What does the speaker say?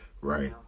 Right